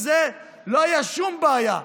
עם זה לא תהיה שום בעיה.